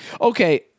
okay